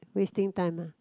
wasting time lah